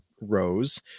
rows